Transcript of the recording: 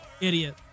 idiot